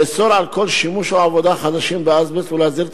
לאסור כל שימוש או עבודה חדשים באזבסט ולהסדיר את